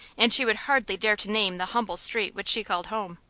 and she would hardly dare to name the humble street which she called home.